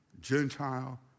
Gentile